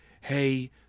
hey